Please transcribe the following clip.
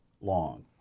long